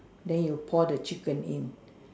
then you pour the chicken in